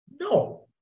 No